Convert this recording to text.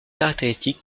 caractéristiques